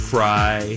Fry